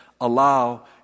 allow